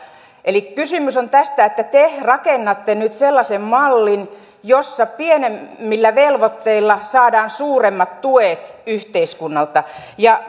eli kysymys on tästä että te rakennatte nyt sellaisen mallin jossa pienemmillä velvoitteilla saadaan suuremmat tuet yhteiskunnalta